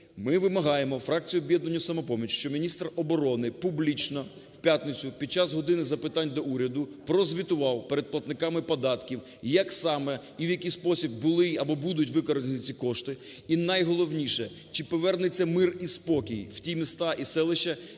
Ми вимагаємо, фракцією "Об'єднання "Самопоміч", щоб міністр оборони публічно, в п'ятницю, під час "години запитань до Уряду", прозвітував перед платниками податків як саме і в який спосіб були або будуть використані ці кошти і, найголовніше, чи повернеться мир і спокій в ті міста і селища,